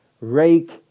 rake